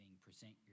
present